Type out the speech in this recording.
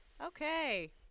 Okay